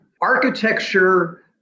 architecture